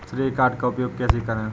श्रेय कार्ड का उपयोग कैसे करें?